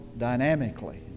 dynamically